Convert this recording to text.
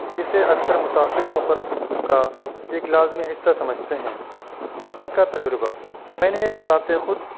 جسے اکثر مسافر سفر کا ایک لازمی حصہ سمجھتے ہیں سفر کا تجربہ میں نے بذات خود